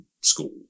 school